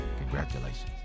congratulations